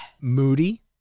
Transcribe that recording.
Moody